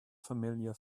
familiar